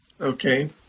Okay